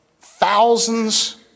thousands